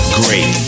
great